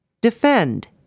Defend